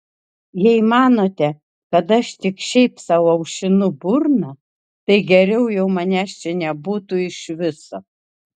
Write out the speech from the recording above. jei manote kad aš tik šiaip sau aušinu burną tai geriau jau manęs čia nebūtų iš viso